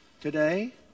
today